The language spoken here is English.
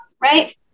right